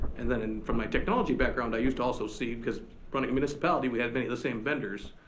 and then from my technology background i used to also see, because running a municipality we had many of the same vendors,